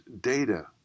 data